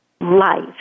life